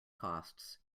costs